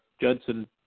Judson